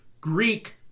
Greek